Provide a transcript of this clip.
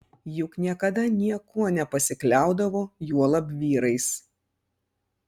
juk niekada niekuo nepasikliaudavo juolab vyrais